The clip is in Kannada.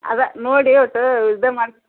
ಅದ ನೋಡಿ ಒಟ್ಟು ಇದು ಮಾಡಿರಿ